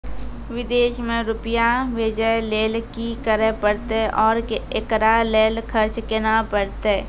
विदेश मे रुपिया भेजैय लेल कि करे परतै और एकरा लेल खर्च केना परतै?